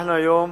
היום